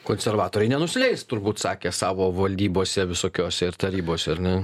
konservatoriai nenusileis turbūt sakė savo valdybose visokiose tarybose ar ne